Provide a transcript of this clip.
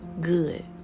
good